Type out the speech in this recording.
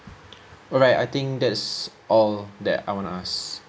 alright I think that's all that I want to ask